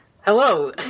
Hello